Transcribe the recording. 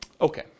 Okay